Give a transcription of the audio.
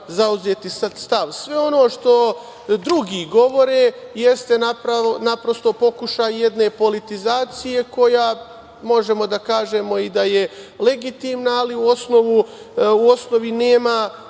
zauzeti sada stav. Sve ono što drugi govore jeste naprosto pokušaj jedne politizacije koja možemo da kažemo da je legitimna, ali u osnovi nema